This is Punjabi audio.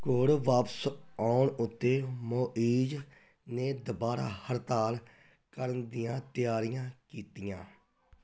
ਘੋੜ ਵਾਪਸ ਆਉਣ ਉੱਤੇ ਮੁਈਜ਼ ਨੇ ਦੁਬਾਰਾ ਹੜਤਾਲ ਕਰਨ ਦੀਆਂ ਤਿਆਰੀਆਂ ਕੀਤੀਆਂ